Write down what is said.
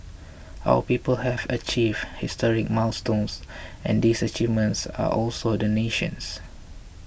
our people have achieved historic milestones and these achievements are also the nation's